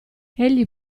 egli